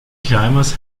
climbers